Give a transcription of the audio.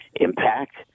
Impact